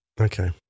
Okay